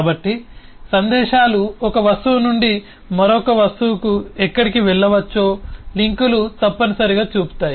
కాబట్టి సందేశాలు ఒక వస్తువు నుండి మరొక వస్తువుకు ఎక్కడికి వెళ్ళవచ్చో లింకులు తప్పనిసరిగా చూపుతాయి